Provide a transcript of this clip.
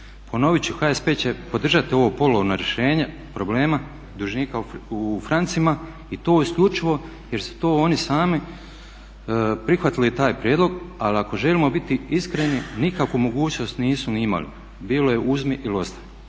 Ponovit ću, HSP će podržati ovo polovno rješenje problema dužnika u francima i to isključivo jer su to oni sami prihvatili taj prijedlog, ali ako želimo biti iskreni nikakvu mogućnost nisu ni imali. Bilo je uzmi ili ostavi.